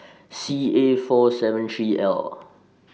C A four seven three L